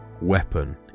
weapon